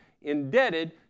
indebted